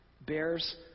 Bears